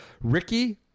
Ricky